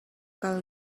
kal